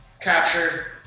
capture